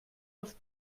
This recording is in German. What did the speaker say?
auf